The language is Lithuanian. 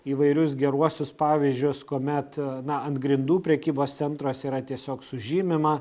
įvairius geruosius pavyzdžius kuomet na ant grindų prekybos centruose yra tiesiog sužymima